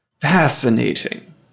fascinating